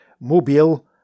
Mobile